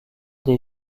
des